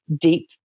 deep